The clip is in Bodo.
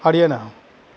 हारियाना